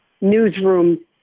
newsroom